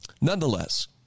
Nonetheless